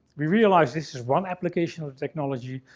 we realized this is one application of the technology.